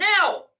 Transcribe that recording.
now